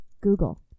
google